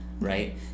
right